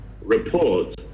report